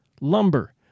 lumber